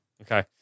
okay